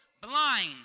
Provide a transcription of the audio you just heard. blind